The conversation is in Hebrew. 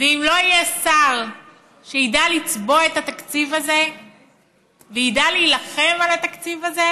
ואם לא יהיה שר שידע לצבוע את התקציב הזה וידע להילחם על התקציב הזה,